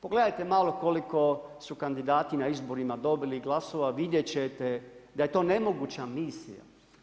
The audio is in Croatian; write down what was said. Pogledajte malo koliko su kandidati na izborima dobili glasova, vidjeti ćete da je to nemoguća misija.